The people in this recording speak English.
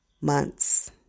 months